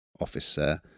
officer